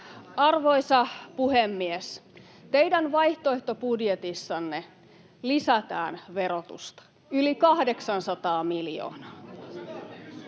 Arvoisa puhemies! Teidän vaihtoehtobudjetissanne lisätään verotusta yli 800 miljoonaa.